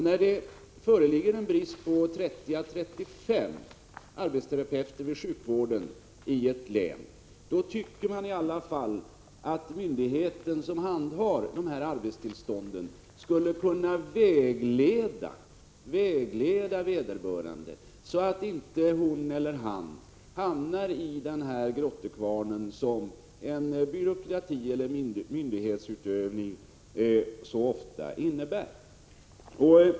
När det föreligger en brist på 30 å 35 arbetsterapeuter inom sjukvården i ett län, då tycker man att den myndighet som handhar arbetstillstånden borde kunna vägleda vederbörande, så att inte hon eller han hamnar i den grottekvarn som en byråkrati eller myndighetsutövning så ofta innebär.